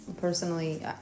personally